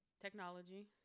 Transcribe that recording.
Technology